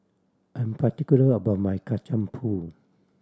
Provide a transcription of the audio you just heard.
I'm particular about my Kacang Pool